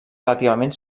relativament